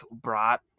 brought